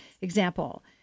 example